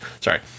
Sorry